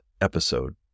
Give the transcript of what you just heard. episode